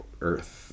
Earth